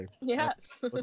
Yes